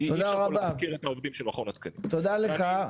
תודה לך.